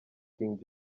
king